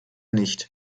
nicht